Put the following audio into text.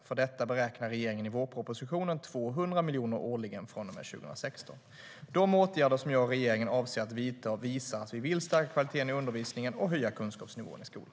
För detta beräknar regeringen i vårpropositionen 200 miljoner kronor årligen från och med 2016. De åtgärder som jag och regeringen avser att vidta visar att vi vill stärka kvaliteten i undervisningen och höja kunskapsnivån i skolan.